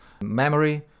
memory